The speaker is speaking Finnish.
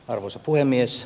arvoisa puhemies